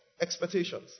Expectations